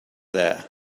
there